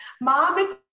Mom